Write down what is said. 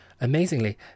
Amazingly